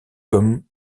comme